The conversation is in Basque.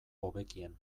hobekien